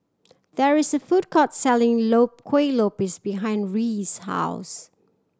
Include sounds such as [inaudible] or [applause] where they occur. there is a food court selling [unintelligible] Kueh Lopes behind Reese's house